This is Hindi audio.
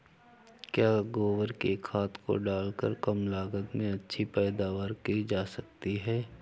क्या गोबर की खाद को डालकर कम लागत में अच्छी पैदावारी की जा सकती है?